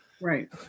Right